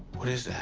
what is that?